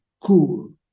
cool